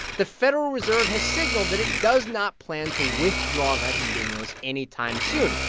the federal reserve has signaled that it does not plan to withdraw that stimulus anytime soon,